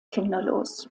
kinderlos